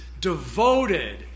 devoted